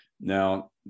now